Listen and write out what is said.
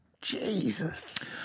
Jesus